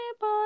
boy